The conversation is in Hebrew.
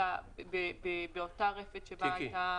אלא באותה רפת שבה הייתה